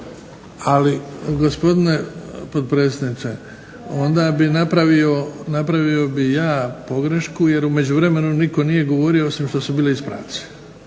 ali gospodine potpredsjedniče onda bi napravio, napravio bi ja pogrešku jer u međuvremenu nitko nije govorio osim što su bili ispravci.